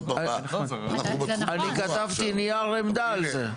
רבי יעקב אני כתבתי נייר עמדה על זה.